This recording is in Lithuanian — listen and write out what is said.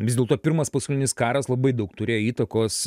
vis dėlto pirmas pasaulinis karas labai daug turėjo įtakos